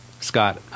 Scott